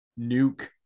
nuke